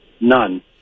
None